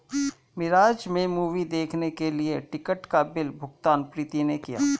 मिराज में मूवी देखने के लिए टिकट का बिल भुगतान प्रीति ने किया